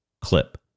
clip